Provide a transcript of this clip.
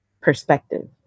perspective